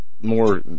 more